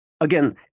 Again